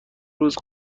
روز